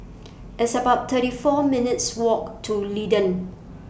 It's about thirty four minutes' Walk to D'Leedon